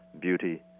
beauty